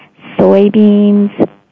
soybeans